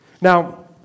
Now